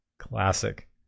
Classic